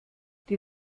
die